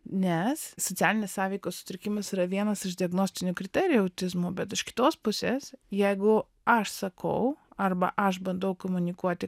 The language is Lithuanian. nes socialinės sąveikos sutrikimas yra vienas iš diagnostinių kriterijų autizmo bet iš kitos pusės jeigu aš sakau arba aš bandau komunikuoti